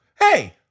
Hey